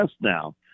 now